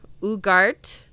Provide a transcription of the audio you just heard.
Ugart